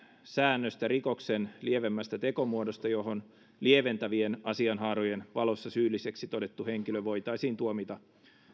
säännöstä rikoksen lievemmästä tekomuodosta johon lieventävien asianhaarojen valossa syylliseksi todettu henkilö voitaisiin tuomita